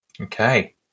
Okay